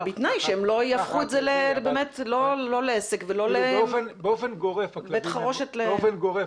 ובתנאי שהם לא יהפכו את זה לעסק ולא לבית חרושת ל- -- באופן גורף